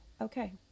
Okay